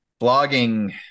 blogging